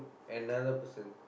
another person